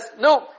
no